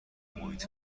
محیط